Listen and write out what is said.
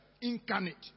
incarnate